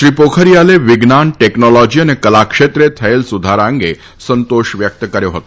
શ્રી પોખરીયાલે વિજ્ઞાન ટેકનોલોજી અને કલા ક્ષેત્રે થયેલ સુધારા અંગે સંતોષ વ્યક્ત કર્યો હતો